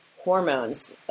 hormones